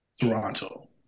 Toronto